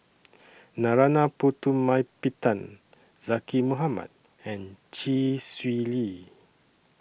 Narana Putumaippittan Zaqy Mohamad and Chee Swee Lee